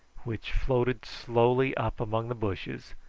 which floated slowly up among the bushes,